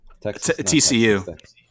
TCU